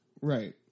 Right